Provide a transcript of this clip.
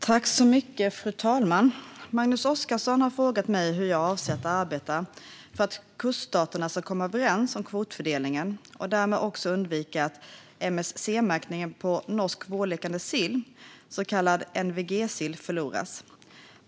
Fru talman! Magnus Oscarsson har frågat mig hur jag avser att arbeta för att kuststaterna ska komma överens om kvotfördelningen och därmed också undvika att MSC-märkningen på norsk vårlekande sill, så kallad NVG-sill, förloras.